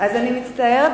אני מצטערת.